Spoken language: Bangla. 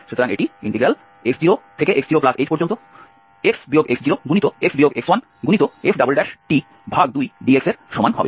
সুতরাং এটি x0x0hf2dx এর সমান হবে